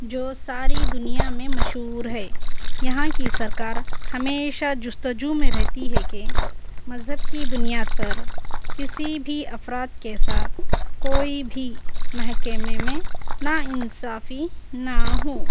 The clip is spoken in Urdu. جو ساری دنیا میں مشہور ہے یہاں کی سرکار ہمیشہ جستجو میں رہتی ہے کہ مذہب کی بنیاد پر کسی بھی افراد کے ساتھ کوئی بھی محکمے میں نا انصافی نا ہو